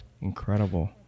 incredible